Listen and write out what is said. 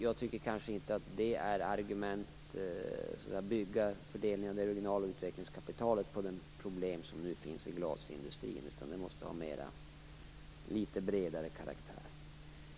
Jag tycker kanske inte att det är argument för att bygga fördelningen av det regionala utvecklingskapitalet på de problem som nu finns inom glasindustrin. Det behövs nog en något bredare karaktär än så.